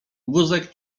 wózek